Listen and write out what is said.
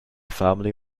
family